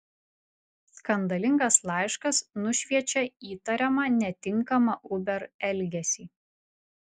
skandalingas laiškas nušviečia įtariamą netinkamą uber elgesį